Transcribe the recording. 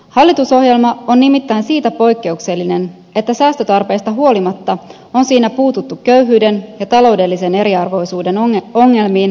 hallitusohjelma on nimittäin siitä poikkeuksellinen että säästötarpeista huolimatta siinä on puututtu köyhyyden ja taloudellisen eriarvoisuuden ongelmiin merkittävillä parannuksilla